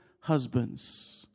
husbands